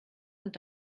und